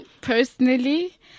personally